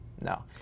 No